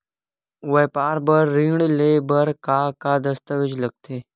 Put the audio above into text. व्यापार बर ऋण ले बर का का दस्तावेज लगथे?